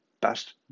best